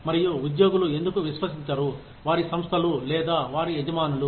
మరియు ఉద్యోగులు ఎందుకు విశ్వసించరు వారి సంస్థలు లేదా వారి యజమానులు